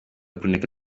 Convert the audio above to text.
kuneka